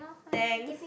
thanks